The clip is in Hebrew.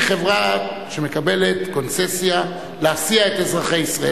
היא חברה שמקבלת קונצסיה להסיע את אזרחי ישראל.